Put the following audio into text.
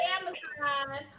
Amazon